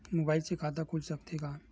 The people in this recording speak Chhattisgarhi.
मुबाइल से खाता खुल सकथे का?